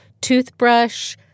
toothbrush